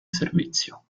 servizio